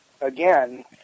again